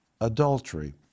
adultery